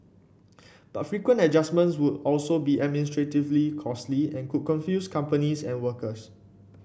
but frequent adjustments would also be administratively costly and could confuse companies and workers